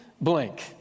Blank